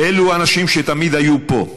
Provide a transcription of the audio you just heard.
אלו האנשים שתמיד היו פה,